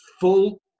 full